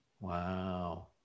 wow